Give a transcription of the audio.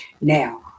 Now